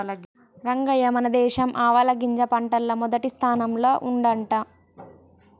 రంగయ్య మన దేశం ఆవాలగింజ పంటల్ల మొదటి స్థానంల ఉండంట